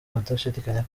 adashidikanya